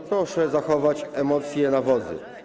Proszę zachować emocje na wodzy.